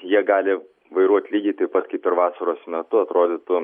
jie gali vairuot lygiai taip pat kaip ir vasaros metu atrodytų